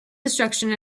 destruction